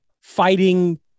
fighting